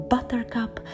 Buttercup